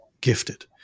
gifted